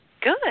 Good